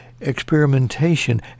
experimentation